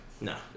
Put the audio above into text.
No